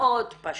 מאוד פשוט,